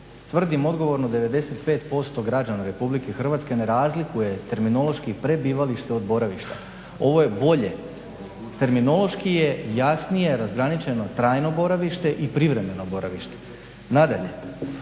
Tvrdim odgovorno 95% građana RH ne razlikuje terminološki prebivalište od boravišta. Ovo je bolje. Terminološki je jasnije razgraničeno trajno boravište i privremeno boravište. Nadalje,